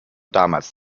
damals